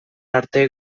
arte